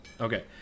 Okay